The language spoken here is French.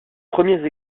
premiers